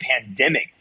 pandemic